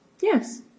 Yes